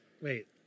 Wait